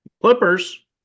clippers